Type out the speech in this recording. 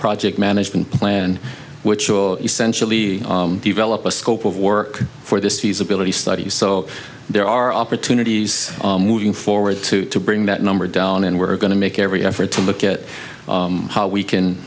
project management plan which will essentially develop a scope of work for this feasibility study so there are opportunities moving forward to bring that number down and we're going to make every effort to look at how we can